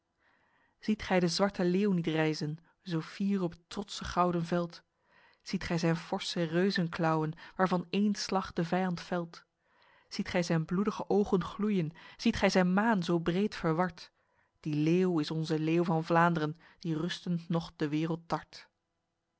ziet gij de zwarte leeuw niet rijzen zo fier op t trotse gouden veld ziet gij zijn forse reuzenklauwen waarvan één slag de vijand velt ziet gij zijn bloedige ogen gloeien ziet gij zijn maan zo breed verward die leeuw is onze leeuw van vlaandren die rustend nog de wereld tart